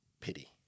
pity